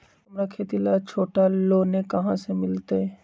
हमरा खेती ला छोटा लोने कहाँ से मिलतै?